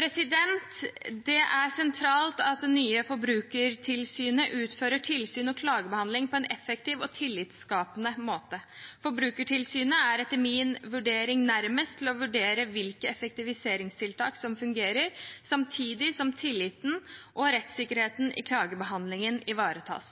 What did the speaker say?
Det er sentralt at det nye Forbrukertilsynet utfører tilsyn og klagebehandling på en effektiv og tillitsskapende måte. Forbrukertilsynet er etter min vurdering nærmest til å vurdere hvilke effektiviseringstiltak som fungerer, samtidig som tilliten og rettssikkerheten i klagebehandlingen ivaretas.